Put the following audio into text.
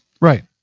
Right